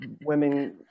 women